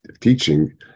teaching